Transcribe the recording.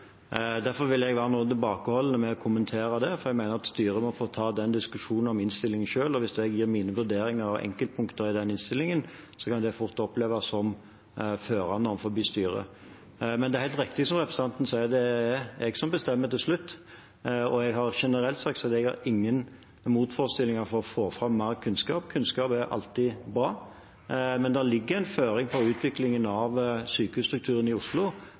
Derfor vil jeg være noe tilbakeholden med å kommentere det, for jeg mener at styret må få ta den diskusjonen om innstillingen selv. Hvis jeg gir mine vurderinger av enkeltpunkter i innstillingen, kan det fort oppleves som førende overfor styret. Men det er helt riktig som representanten sier, det er jeg som bestemmer til slutt, og jeg har generelt sagt at jeg har ingen motforestillinger mot å få fram mer kunnskap. Kunnskap er alltid bra. Men det ligger en føring for utviklingen av sykehusstrukturen i Oslo